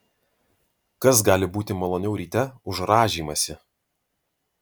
kas gali būti maloniau ryte už rąžymąsi